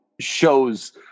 shows